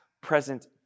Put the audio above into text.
present